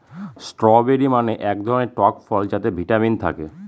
strawberry মানে হয় এক ধরনের টক ফল যাতে ভিটামিন থাকে